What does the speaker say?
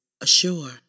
assure